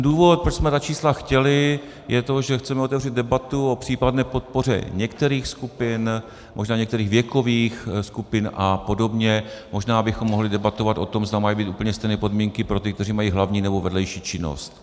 Důvod, proč jsme ta čísla chtěli, je to, že chceme otevřít debatu o případné podpoře některých skupin, možná některých věkových skupin a podobně, možná bychom mohli debatovat o tom, zda mají být úplně stejné podmínky pro ty, kteří mají hlavní, nebo vedlejší činnost.